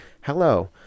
Hello